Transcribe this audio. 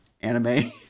anime